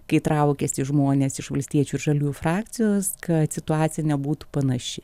kai traukiasi žmonės iš valstiečių ir žaliųjų frakcijos kad situacija nebūtų panaši